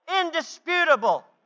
indisputable